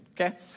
okay